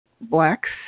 blacks